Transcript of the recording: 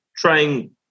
trying